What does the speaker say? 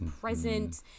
present